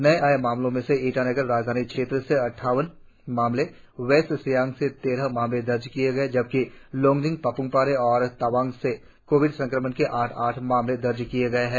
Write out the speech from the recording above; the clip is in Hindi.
नए आए मामलों में से ईटानगर राजधानी क्षेत्र से अद्वावन मामले वेस्ट सियांग से तेरह मामले दर्ज किए गए है जबकि लोंगडिंग पाप्मपारे और तवांग से कोविड संक्रमण के आठ आठ मामले दर्ज किए गए है